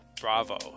bravo